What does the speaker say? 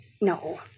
No